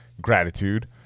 gratitude